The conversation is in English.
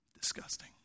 Disgusting